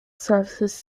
services